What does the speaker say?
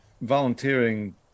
volunteering